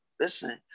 Listen